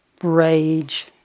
rage